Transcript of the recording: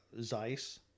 Zeiss